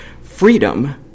Freedom